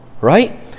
Right